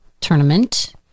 tournament